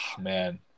man